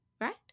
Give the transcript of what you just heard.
right